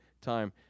time